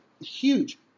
huge